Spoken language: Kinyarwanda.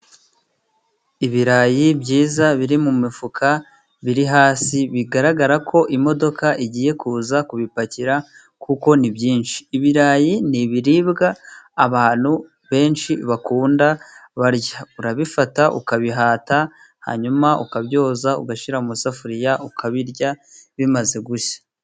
Ibirayi byiza biri mu mifuka biri hasi, bigaragara ko imodoka igiye kuza kubipakira, kuko ni byinshi. Ibirayi ni ibiribwa abantu benshi bakunda barya, urabifata ukabihata hanyuma ukabyoza, ugashyira mu isafuriya ukabirya bimaze gushya.